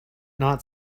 not